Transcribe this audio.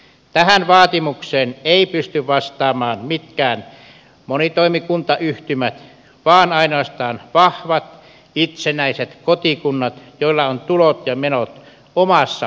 tähän vaatimukseen eivät pysty vastaamaan mitkään monitoimikuntayhtymät vaan ainoastaan vahvat itsenäiset kotikunnat joilla on tulot ja menot omassa päätösvallassaan